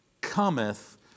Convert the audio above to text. cometh